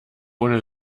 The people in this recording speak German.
ohne